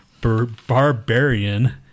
barbarian